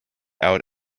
out